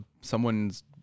someone's